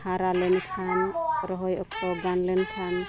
ᱦᱟᱨᱟ ᱞᱮᱱᱠᱷᱟᱱ ᱨᱚᱦᱚᱭ ᱚᱠᱛᱚ ᱜᱟᱱ ᱞᱮᱱᱠᱷᱟᱱ